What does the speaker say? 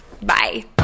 Bye